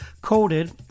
coated